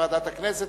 יושב-ראש ועדת הכנסת,